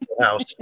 house